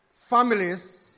families